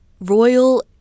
Royal